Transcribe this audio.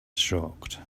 shocked